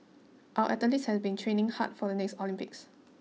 our athletes have been training hard for the next Olympics